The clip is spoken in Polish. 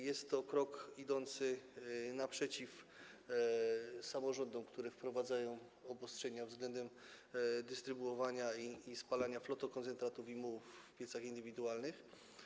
Jest to krok wychodzący naprzeciw samorządom, które wprowadzają obostrzenia względem dystrybuowania i spalania flotokoncentratów i mułów w piecach indywidualnych.